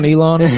Elon